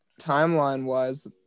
timeline-wise